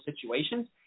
situations